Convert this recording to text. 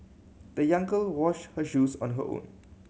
the young girl washed her shoes on the hoe